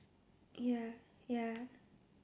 ya ya